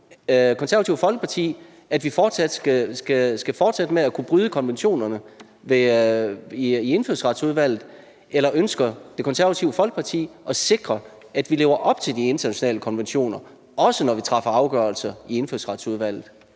Konservative Folkeparti ønsker, at vi skal kunne fortsætte med at bryde konventionerne i Indfødsretsudvalget, eller ønsker Det Konservative Folkeparti at sikre, at vi lever op til de internationale konventioner, også når vi træffer afgørelser i Indfødsretsudvalget.